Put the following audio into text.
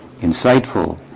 insightful